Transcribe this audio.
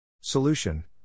Solution